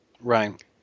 Right